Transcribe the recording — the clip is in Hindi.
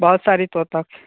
बहुत सारे तोते